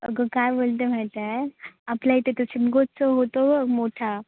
अगं काय बोलते माहीत आहे आपल्या इथे तो शिमगोत्सव होतो बघ मोठा